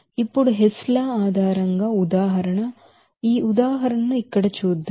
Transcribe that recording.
ఇప్పుడు Hess law ఆధారంగా ఉదాహరణ ఈ ఉదాహరణను ఇక్కడ చేద్దాం